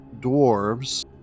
dwarves